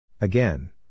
Again